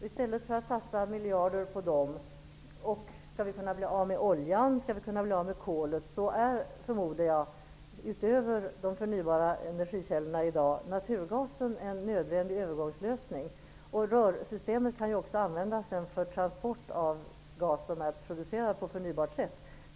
I stället för att satsa miljarder på dem och för att kunna avstå från kärnkraften, oljan och kolet förmodar jag att -- utöver de förnybara energikällorna -- naturgas är en nödvändig övergångslösning. Rörsystemet kan ju sedan också användas för gas som är producerad på förnybart sätt.